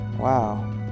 wow